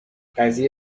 قضیه